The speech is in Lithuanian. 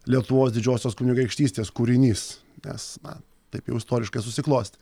lietuvos didžiosios kunigaikštystės kūrinys nes na taip jau istoriškai susiklostė